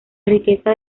riqueza